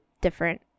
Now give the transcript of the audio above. different